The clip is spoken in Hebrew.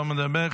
לא מדבר,